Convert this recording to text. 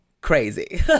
crazy